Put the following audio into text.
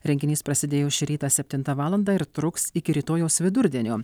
renginys prasidėjo šį rytą septintą valandą ir truks iki rytojaus vidurdienio